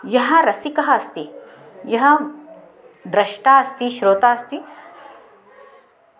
यः रसिकः अस्ति यः द्रष्टा अस्ति श्रोता अस्ति